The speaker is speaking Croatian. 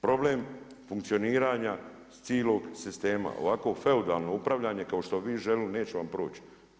Problem funkcioniranja cilog sistema, ovakvo feudalno upravljanje kao što bi vi želili neće vam proći.